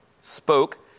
spoke